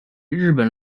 日本